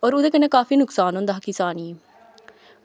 और ओह्दे कन्नै काफी नुकसान होंदा हा किसान गी